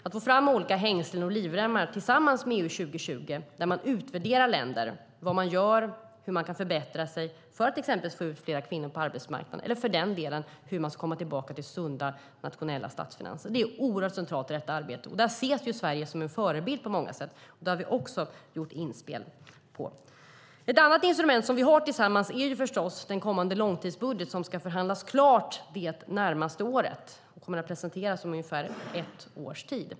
Att få fram olika hängslen och livremmar tillsammans med EU 2020 där man utvärderar länder, vad man gör och hur man kan förbättra sig för att till exempel få ut fler kvinnor på arbetsmarknaden eller komma tillbaka till sunda statsfinanser, är centralt i detta arbete. Här ses Sverige som en förebild på många sätt, och här har vi också gjort inspel. Ett annat instrument som vi har tillsammans är förstås kommande långtidsbudget som ska förhandlas klart det närmaste året och presenteras om ungefär ett år.